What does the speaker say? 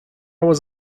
was